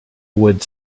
would